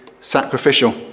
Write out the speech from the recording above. sacrificial